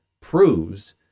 proves